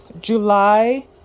July